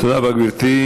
תודה רבה, גברתי.